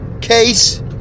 case